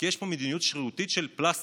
כי יש פה מדיניות שרירותית של פלסטרים,